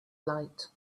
light